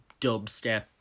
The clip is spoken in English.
dubstep